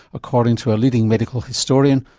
according to a leading medical historian,